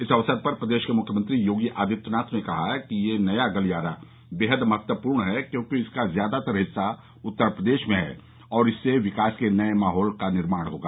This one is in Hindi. इस अवसर पर प्रदेश के मुख्यमंत्री योगी आदित्यनाथ ने कहा कि यह नया गलियारा बेहद महत्वपूर्ण है क्योंकि इसका ज्यादातर हिस्सा उत्तर प्रदेश में है और इससे विकास के लिए नया माहौल बनेगा